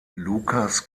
lucas